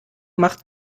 macht